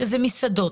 מסעדות,